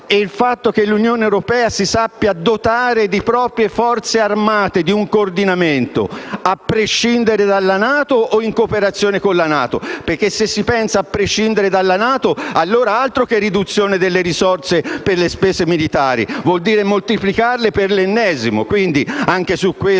e sul fatto che l'Unione europea si sappia dotare di proprie forze armate e di un coordinamento? A prescindere dalla NATO o in cooperazione con essa? Se si pensa a prescindere dalla NATO, altro che riduzione delle risorse per le spese militari: ciò vuol dire moltiplicarle all'ennesima